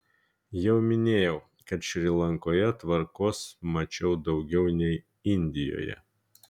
jau minėjau kad šri lankoje tvarkos mačiau daugiau nei indijoje